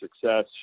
success